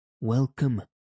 Welcome